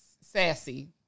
sassy